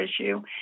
issue